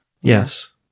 Yes